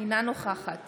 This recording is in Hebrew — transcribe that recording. אינה נוכחת